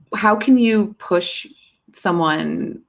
how can you push someone,